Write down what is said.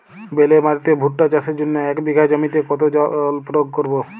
বেলে মাটিতে ভুট্টা চাষের জন্য এক বিঘা জমিতে কতো জল প্রয়োগ করব?